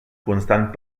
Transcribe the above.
constant